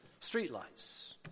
Streetlights